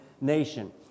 nation